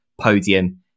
podium